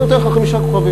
אני נותן לך חמישה כוכבים,